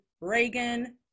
Reagan